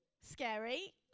scary